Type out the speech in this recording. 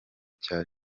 cya